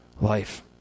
Life